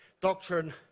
doctrine